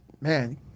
man